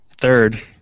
Third